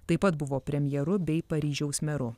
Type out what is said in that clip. taip pat buvo premjeru bei paryžiaus meru